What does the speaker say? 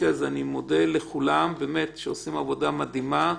אז אני מודה לכולם שעושים עבודה מדהימה,